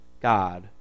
God